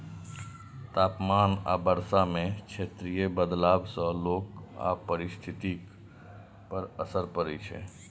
तापमान आ वर्षा मे क्षेत्रीय बदलाव सं लोक आ पारिस्थितिकी पर असर पड़ै छै